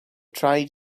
tried